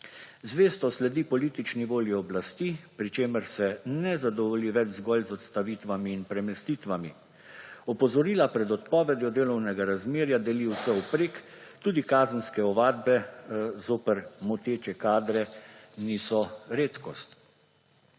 Zvesto sledi politični volji oblasti, pri čemer se ne zadovolji več zgolj z odstavitvami in premestitvami. Opozorila pred odpovedjo delovnega razmerja deli vse vprek, tudi kazenske ovadbe zoper moteče kadre niso redkost.